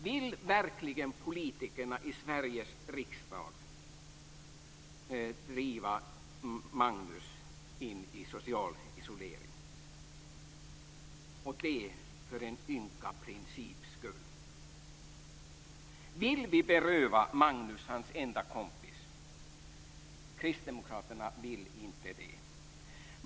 Vill verkligen politikerna i Sveriges riksdag driva Magnus in i social isolering, och det för en ynka princips skull? Vill vi beröva Magnus hans enda kompis? Kristdemokraterna vill inte det.